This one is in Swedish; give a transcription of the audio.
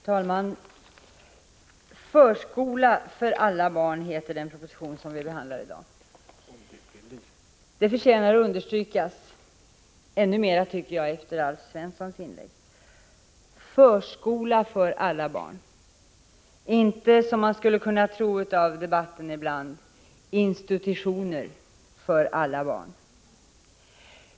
Herr talman! Förskola för alla barn heter den proposition som vi behandlar 4 december 1985 i dag. Det förtjänar att understrykas, ännu mer efter Alf Svenssons inlägg, tycker jag: ”Förskola för alla barn”, inte som man ibland skulle kunna tro av debatten, ”institutioner för alla barn”.